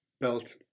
belt